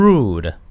Rude